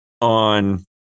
on